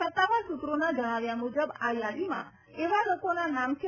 સત્તાવાર સૂત્રોના જજ્ઞાવ્યા મુજબ આ યાદીમાં એવા લોકોના નામ છે